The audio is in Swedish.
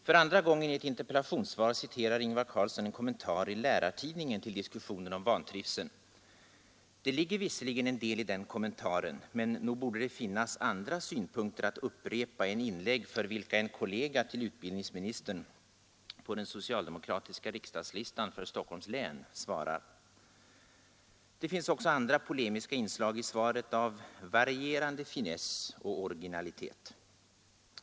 För andra gången i ett interpellationssvar citerar Ingvar Carlsson en kommentar i Lärartidningen till diskussionen om vantrivseln. Det ligger visserligen en del i den kommentaren, men nog borde det finnas andra synpunkter att upprepa än inlägg för vilka en kollega till utbildningsministern på den socialdemokratiska riksdagslistan för Stockholms län svarar! Det finns också andra polemiska inslag i svaret av varierande finess och originalitet.